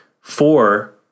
Four